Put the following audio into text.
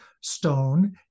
Stone